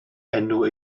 enw